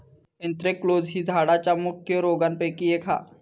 anthracnose ही झाडांच्या मुख्य रोगांपैकी एक हा